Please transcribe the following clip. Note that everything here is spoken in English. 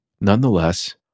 Nonetheless